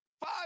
Five